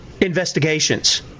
investigations